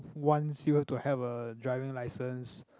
once you have to have a driving license